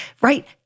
right